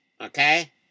Okay